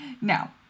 No